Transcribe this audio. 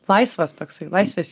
laisvas toksai laisvės